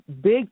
big